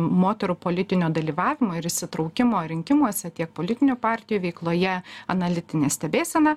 moterų politinio dalyvavimo ir įsitraukimo rinkimuose tiek politinių partijų veikloje analitinė stebėsena